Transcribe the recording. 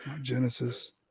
Genesis